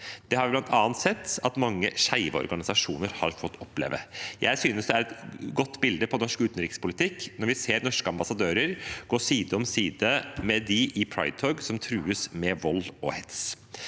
Det har vi bl.a. sett at mange skeive organisasjoner har fått oppleve. Jeg synes det er et godt bilde på norsk utenrikspolitikk når vi ser norske ambassadører gå side om side i Pride-tog med dem som trues med vold og hets.